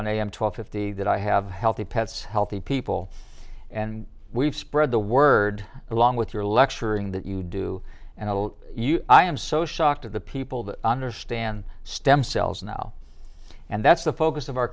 and i am twelve fifty that i have healthy pets healthy people and we've spread the word along with your lecturing that you do and i told you i am so shocked at the people that understand stem cells now and that's the focus of our